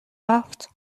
رفت